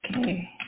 okay